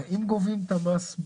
חוץ מחברי כנסת.